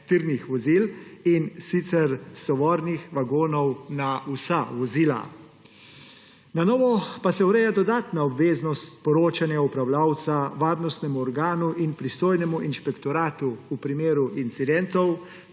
tirnih vozil, in sicer s tovornih vagonov na vsa vozila. Na novo pa se ureja dodatna obveznost poročanja upravljavca varnostnemu organu in pristojnemu inšpektoratu v primeru incidentov,